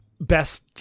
best